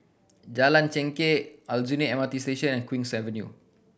Jalan Chengkek Aljunied M R T Station and Queen's Avenue